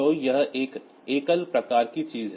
तो यह एक एकल प्रकार की चीज़ है